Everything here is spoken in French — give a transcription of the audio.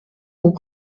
aux